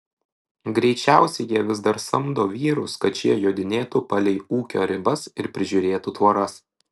greičiausiai jie vis dar samdo vyrus kad šie jodinėtų palei ūkio ribas ir prižiūrėtų tvoras